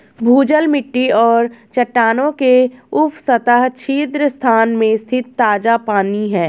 भूजल मिट्टी और चट्टानों के उपसतह छिद्र स्थान में स्थित ताजा पानी है